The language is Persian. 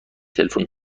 تلفن